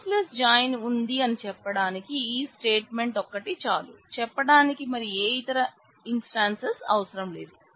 loss less join ఉంది అని చెప్పడానికి ఈ స్టేట్మెంట్ ఒక్కటి చాలు చెప్పాడానికి మరి ఏ ఇతర ఇన్స్టాన్స్ అవసరం లేదు